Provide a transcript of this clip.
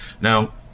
Now